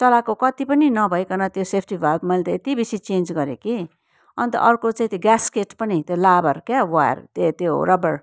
चलाएको कति पनि नभइकन त्यो सेफ्टी भाल्भ मैले त यति बेसी चेन्ज गरेँ कि अन्त अर्को चाहिँ त्यो ग्यासकेट पनि त्यो लाबर क्याउ वायर त्यो त्यो रबर